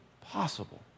possible